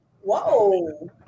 Whoa